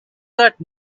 that